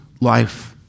life